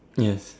yes